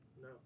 No